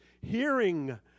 hearing